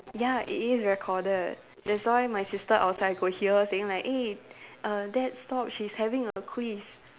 ya it is recorded that's why my sister outside I could hear saying like eh err dad stop she's having a quiz